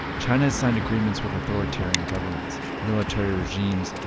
china has signed agreements with authoritarian governments military regimes.